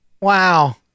Wow